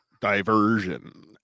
Diversion